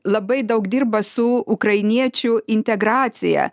labai daug dirba su ukrainiečių integracija